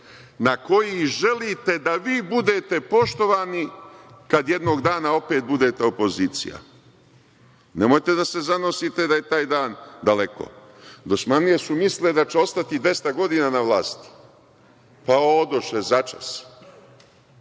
na koji želite da vi budete poštovani kad jednog dana opet budete opozicija. Nemojte da se zanosite da je taj dan daleko. Dosmanlije su mislile da će ostati 200 godina na vlasti, pa odoše začas.